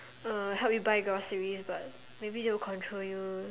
uh help you buy groceries but maybe they will control you